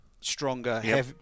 stronger